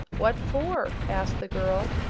what for? asked the girl.